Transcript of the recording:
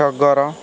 ଟଗର